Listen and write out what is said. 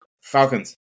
Falcons